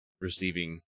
receiving